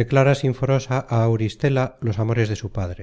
declara sinforosa á auristela los amores de su padre